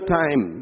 time